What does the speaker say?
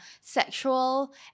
sexual